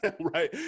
right